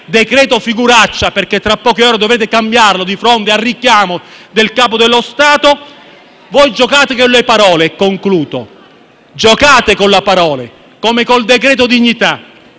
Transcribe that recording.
"decreto figuraccia", perché tra poche ore dovrete cambiarlo di fronte al richiamo del Capo dello Stato. Voi giocate con le parole, come avete fatto nel caso del decreto dignità,